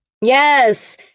Yes